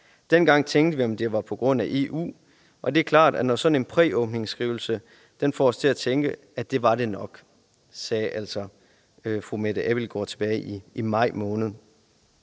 Dengang tænkte vi, om det var på grund af EU, og det er klart, at sådan en præåbningsskrivelse får os til at tænke, at det var det nok« . Det sagde altså fru Mette Abildgaard tilbage i maj måned.